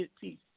peace